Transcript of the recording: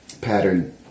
pattern